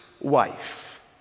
wife